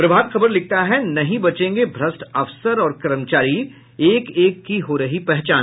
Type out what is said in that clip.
प्रभात खबर लिखता है नहीं बचेंगे भ्रट अफसर और कर्मचारी एक एक की हो रही पहचान